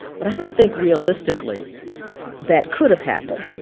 but i don't think realistically that could have happened.